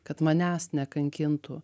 kad manęs nekankintų